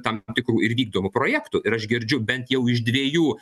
tam tikrų ir vykdomų projektų ir aš girdžiu bent jau iš dviejų